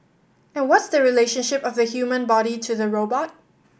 and what's the relationship of the human body to the robot